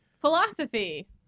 philosophy